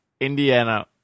Indiana